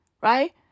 Right